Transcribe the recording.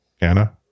anna